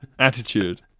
Attitude